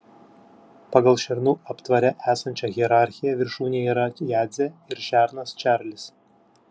pagal šernų aptvare esančią hierarchiją viršūnėje yra jadzė ir šernas čarlis